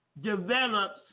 develops